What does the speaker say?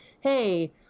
hey